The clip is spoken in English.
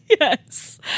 yes